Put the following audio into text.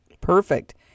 Perfect